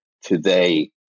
today